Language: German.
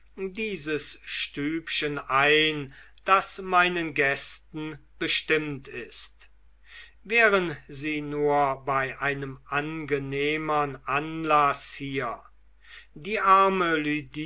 dieses stübchen ein das meinen gästen bestimmt ist wären sie nur bei einem angenehmeren anlaß hier die arme